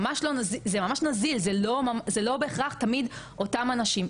זה לא בהכרח תמיד אותם אנשים,